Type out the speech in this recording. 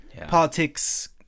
politics